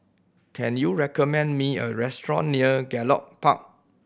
can you recommend me a restaurant near Gallop Park